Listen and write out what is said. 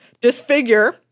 disfigure